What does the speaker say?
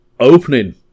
Opening